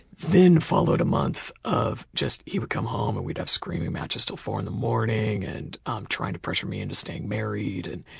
then followed a month of he would come home, and we'd have screaming matches till four in the morning and um trying to pressure me into staying married. and